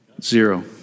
Zero